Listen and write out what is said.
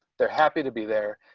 they're happy to be there.